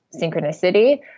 synchronicity